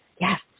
Yes